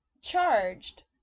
charged